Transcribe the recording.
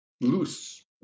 loose